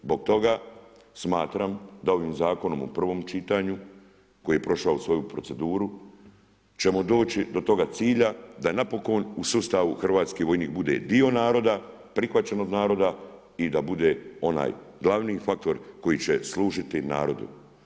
Zbog toga smatram, da ovim zakonom u prvom čitanju, koji je prošao svoju proceduru, ćemo doći do toga cilja, da napokon u sustavu hrvatski vojnik bude dio naroda, prihvaćenog naroda i da bude onaj glavni faktor koji će služiti narodu.